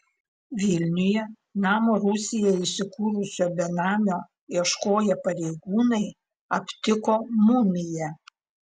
vilniuje namo rūsyje įsikūrusio benamio ieškoję pareigūnai aptiko mumiją